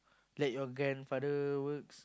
let your grandfather works